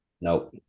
Nope